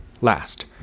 Last